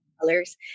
colors